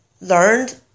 learned